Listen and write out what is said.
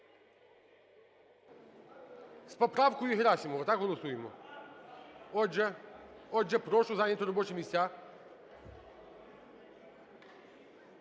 З поправкою Герасимова, так, голосуємо? Отже, прошу зайняти робочі місця.